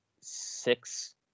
six